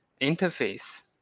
interface